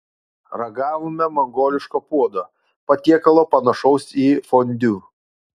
ragavome mongoliško puodo patiekalo panašaus į fondiu